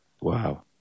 Wow